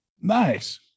Nice